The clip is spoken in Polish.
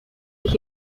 ich